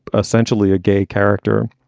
essentially a gay character.